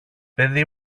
παιδί